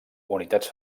unitats